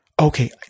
Okay